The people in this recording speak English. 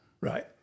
Right